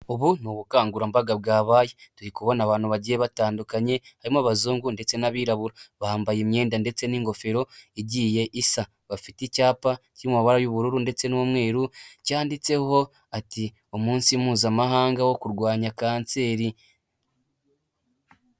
Ubu ni ubukangurambaga bwabaye, turi kubona abantu bagiye batandukanye harimo abazungu ndetse n'abirabura, bambaye imyenda ndetse n'ingofero igiye isa, bafite icyapa cy'amabara y'ubururu ndetse n'umweru cyanditseho ati: umunsi mpuzamahanga wo kurwanya kanseri.